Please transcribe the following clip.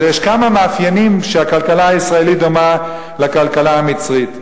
אבל יש כמה מאפיינים שהכלכלה הישראלית דומה בהם לכלכלה המצרית: